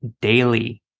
daily